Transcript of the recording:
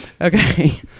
Okay